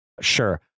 Sure